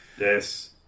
Yes